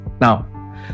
Now